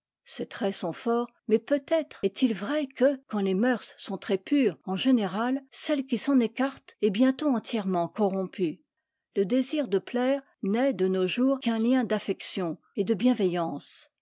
ces traits sont forts mais peut-être est-il vrai que quand les mœurs sont très pures en général celle qui s'en écarte est bientôt entièrement corrompue le désir de plaire n'est de nos jours qu'un lien d'affection et de bienveillance